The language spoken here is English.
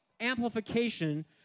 amplification